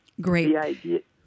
Great